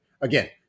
again